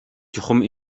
чухам